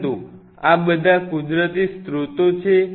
પરંતુ આ બધા કુદરતી સ્ત્રોતો છે